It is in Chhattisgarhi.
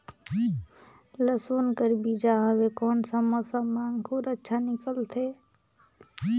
लसुन कर बीजा हवे कोन सा मौसम मां अंकुर अच्छा निकलथे?